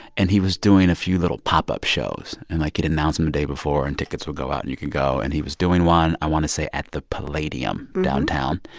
and he was doing a few little pop-up shows. and like, he'd announce them the day before, and tickets would go out and you could go. and he was doing one i want to say at the palladium downtown.